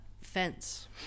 fence